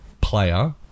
Player